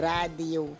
Rádio